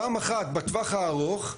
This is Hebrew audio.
פעם אחת בטווח הארוך,